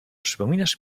przypominasz